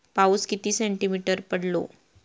पाऊस किती सेंटीमीटर पडलो?